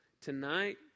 Tonight